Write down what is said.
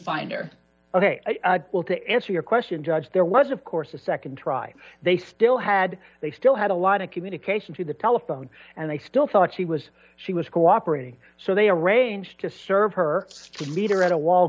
find her ok well to answer your question judge there was of course a nd try they still had they still had a lot of communication through the telephone and they still thought she was she was cooperating so they arranged to serve her to meet her at a wal